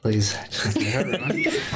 Please